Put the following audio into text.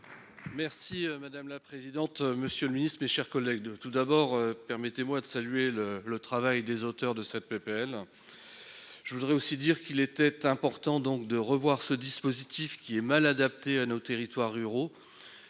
Merci madame la présidente. Monsieur le Ministre, mes chers collègues de tout d'abord permettez-moi de saluer le le travail des auteurs de cette PPL. Je voudrais aussi dire qu'il était important donc de revoir ce dispositif qui est mal adapté à nos territoires ruraux,